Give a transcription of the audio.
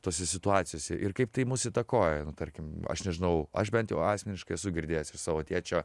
tose situacijose ir kaip tai mus įtakoja nu tarkim aš nežinau aš bent jau asmeniškai esu girdėjęs iš savo tėčio